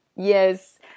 Yes